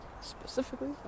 specifically